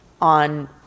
on